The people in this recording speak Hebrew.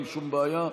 אין שום בעיה.